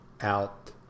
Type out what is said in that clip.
out